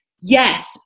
yes